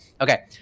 Okay